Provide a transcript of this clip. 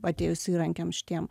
atėjus įrankiam šitiem